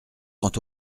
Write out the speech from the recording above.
quant